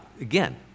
again